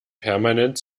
permanent